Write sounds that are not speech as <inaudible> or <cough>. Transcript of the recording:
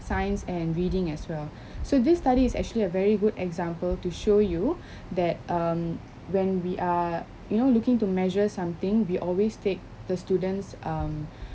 science and reading as well <breath> so this study is actually a very good example to show you <breath> that um when we are you know looking to measure something we always take the students um